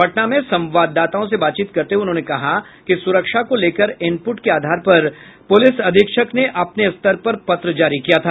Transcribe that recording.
पटना में संवाददाताओं से बातचीत करते हुए उन्होंने कहा कि सुरक्षा को लेकर इनपुट के आधार पर पुलिस अधीक्षक ने अपने स्तर पर पत्र जारी किया था